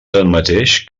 tanmateix